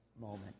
moment